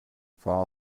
fall